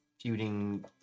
feuding